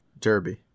Derby